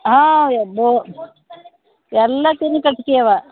ಹಾಂ ಯಾದ್ದೋ ಎಲ್ಲಾತೀನ ಕಟ್ಟಕಿ ಅವೆ